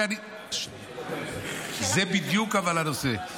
זה בדיוק הנושא.